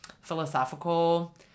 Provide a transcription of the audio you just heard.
philosophical